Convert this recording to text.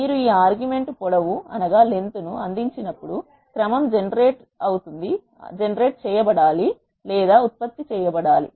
మీరు ఈ ఆర్గ్యుమెంట్ పొడవు ను అందించినప్పుడు క్రమం జన రేట్ లేదా ఉత్పత్తి చేయబడాలి